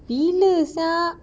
bila sia